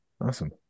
awesome